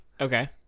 Okay